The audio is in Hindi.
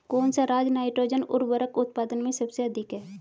कौन सा राज नाइट्रोजन उर्वरक उत्पादन में सबसे अधिक है?